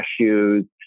cashews